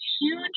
huge